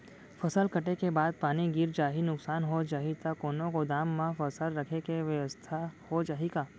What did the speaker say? फसल कटे के बाद पानी गिर जाही, नुकसान हो जाही त कोनो गोदाम म फसल रखे के बेवस्था हो जाही का?